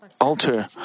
altar